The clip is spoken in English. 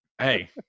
Hey